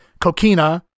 Kokina